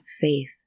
faith